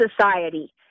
Society